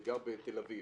גר בתל אביב,